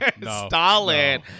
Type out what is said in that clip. Stalin